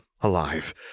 alive